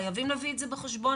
חייבים להביא את זה בחשבון,